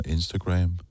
Instagram